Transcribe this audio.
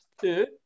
two